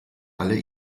alle